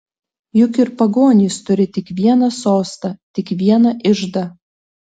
juk ir pagonys turi tik vieną sostą tik vieną iždą